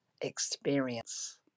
experience